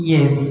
Yes